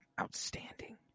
outstanding